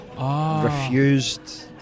refused